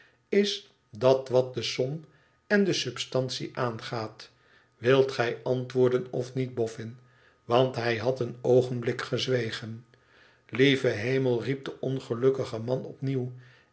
is dat wat de som en de substantie aangaat wilt gij antwoorden of niet boffin want hij had een oogenbhk gezwegen t lieve hemel riep de ongelukkige man